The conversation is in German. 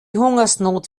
hungersnot